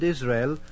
Israel